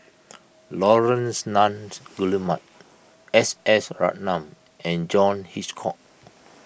Laurence Nunns Guillemard S S Ratnam and John Hitchcock